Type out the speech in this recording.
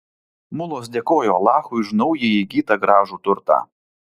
mulos dėkojo alachui už naujai įgytą gražų turtą